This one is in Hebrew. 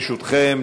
ברשותכם,